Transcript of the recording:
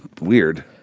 Weird